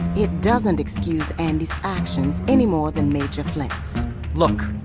it doesn't excuse andi's actions any more than major flint's look,